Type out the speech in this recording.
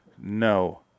No